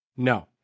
No